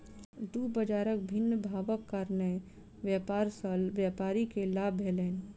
दू बजारक भिन्न भावक कारणेँ व्यापार सॅ व्यापारी के लाभ भेलैन